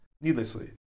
Needlessly